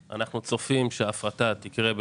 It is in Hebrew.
ב-9 בחודש אנחנו אמורים לשלם משכורת